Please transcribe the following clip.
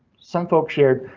some folks shared,